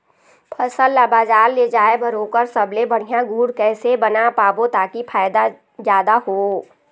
फसल ला बजार ले जाए बार ओकर सबले बढ़िया गुण कैसे बना पाबो ताकि फायदा जादा हो?